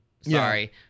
Sorry